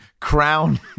crown